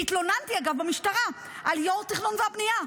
והתלוננתי, אגב, במשטרה על יו"ר תכנון והבנייה.